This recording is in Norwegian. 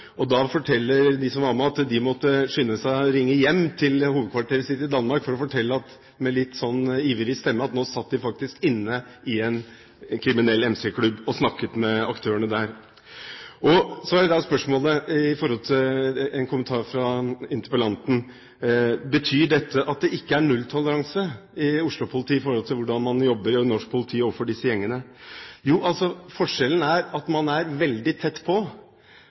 Da forteller de som var med, at de skyndte seg å ringe hjem til hovedkvarteret sitt i Danmark og fortalte med litt ivrig stemme at nå satt de faktisk inne i en kriminell MC-klubb og snakket med aktørene der. Så er da spørsmålet, med tanke på en kommentar fra interpellanten: Betyr dette at det ikke er nulltoleranse i Oslo-politiet i forhold til hvordan man jobber i norsk politi ellers overfor disse gjengene? Forskjellen er at man er veldig tett på,